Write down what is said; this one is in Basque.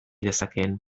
dezakeen